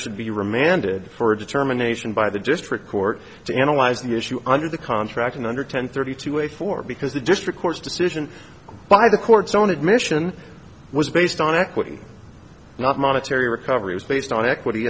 should be remanded for a determination by the district court to analyze the issue under the contract and under ten thirty to a four because the district court's decision by the court's own admission was based on equity not monetary recovery was based on equity